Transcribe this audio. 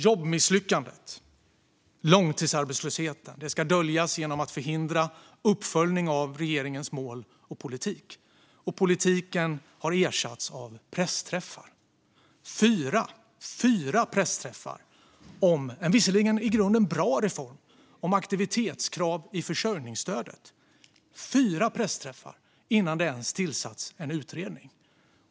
Jobbmisslyckandet och långtidsarbetslösheten ska döljas genom att förhindra uppföljning av regeringens mål och politik. Politiken har också ersatts av pressträffar - fyra pressträffar om en visserligen i grunden bra reform med aktivitetskrav i försörjningsstödet, och detta innan det ens tillsatts en utredning!